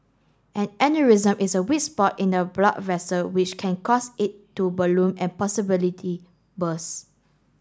an aneurysm is a weak spot in a blood vessel which can cause it to balloon and possibility burst